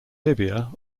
libya